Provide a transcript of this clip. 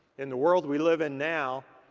in the world we live in now,